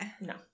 No